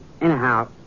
Anyhow